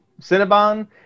Cinnabon